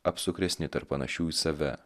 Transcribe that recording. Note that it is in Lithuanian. apsukresni tarp panašių į save